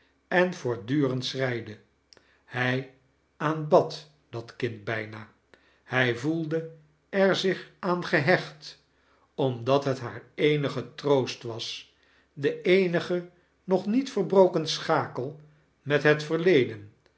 en voortdureaid schreide hij aanbad dat kind bijna hij voelde er zich aan geliecht omdat het haar eenige troost was de eenige nog niet verbroken schakel met het verleden